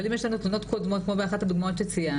אבל אם יש לנו תלונות קודמות כמו באחת הדוגמאות שציינת,